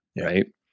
Right